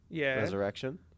Resurrection